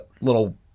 little